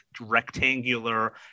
rectangular